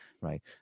right